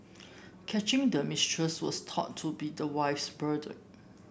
catching the mistress was thought to be the wife's burden